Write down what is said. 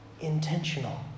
intentional